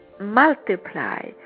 multiply